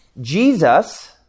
Jesus